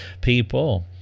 people